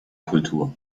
kultur